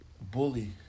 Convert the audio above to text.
bully